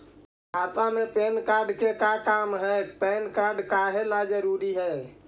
खाता में PAN card के का काम है पैन कार्ड काहे ला जरूरी है?